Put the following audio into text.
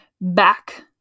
back